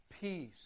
peace